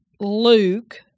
Luke